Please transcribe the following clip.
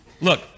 look